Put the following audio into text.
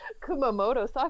Kumamoto